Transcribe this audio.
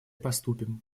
поступим